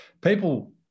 people